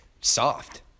soft